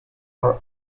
are